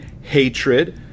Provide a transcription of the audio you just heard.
hatred